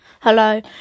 hello